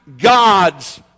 God's